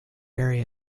area